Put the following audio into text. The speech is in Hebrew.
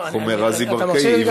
איך אומר רזי ברקאי?